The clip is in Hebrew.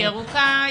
ירוקה.